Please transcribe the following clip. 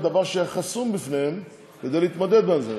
דבר שהיה חסום בפניהם ולהתמודד על זה.